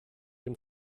dem